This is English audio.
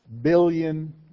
billion